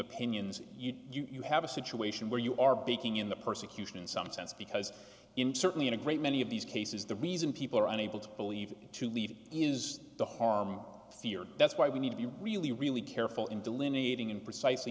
opinions you have a situation where you are breaking in the persecution in some sense because in certainly in a great many of these cases the reason people are unable to believe to leave is the harm feared that's why we need to be really really careful in delineating in precisely